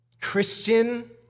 Christian